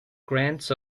grants